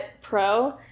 pro